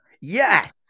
Yes